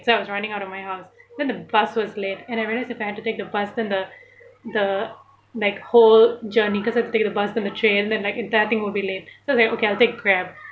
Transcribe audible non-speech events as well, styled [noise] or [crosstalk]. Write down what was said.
so I was running out of my house [breath] then the bus was late and I realised if I had to take the bus then the the like whole journey cause I had to take the bus then the train then the entire thing would be late [breath] so like okay I'll take grab